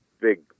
big